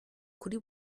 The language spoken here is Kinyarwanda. kuri